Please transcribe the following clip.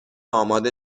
اماده